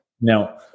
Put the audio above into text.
Now